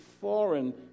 foreign